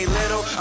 little